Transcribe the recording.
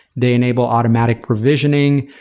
they enable automatic provisioning.